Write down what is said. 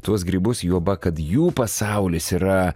tuos grybus juoba kad jų pasaulis yra